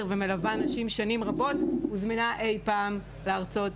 ומלווה נשים שנים רבות הוזמנה אי פעם להרצות,